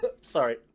Sorry